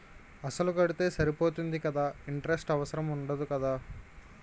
అసలు కడితే సరిపోతుంది కదా ఇంటరెస్ట్ అవసరం ఉండదు కదా?